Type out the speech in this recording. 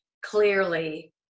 clearly